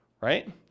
right